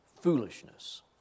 foolishness